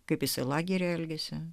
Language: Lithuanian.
kaip jisai lageryje elgėsi